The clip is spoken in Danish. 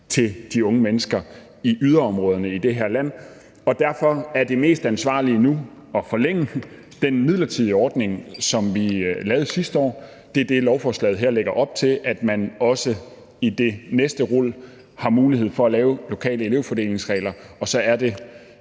til de unge mennesker i yderområderne i det her land. Derfor er det mest ansvarlige nu at forlænge den midlertidige ordning, som vi lavede sidste år. Det er det, lovforslaget her lægger op til, altså at man også i det næste rul har mulighed for at lave lokale elevfordelingsregler. Og så er det